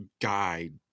guide